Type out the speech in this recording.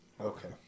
Okay